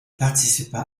participa